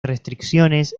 restricciones